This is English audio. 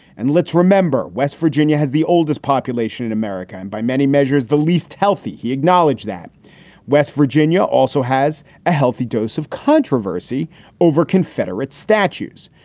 and let's remember, west virginia has the oldest population in america and by many measures, the least healthy. he acknowledged that west virginia also has a healthy dose of controversy over confederate statues,